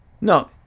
No